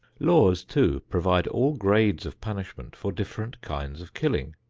laws, too, provide all grades of punishment for different kinds of killing,